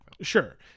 sure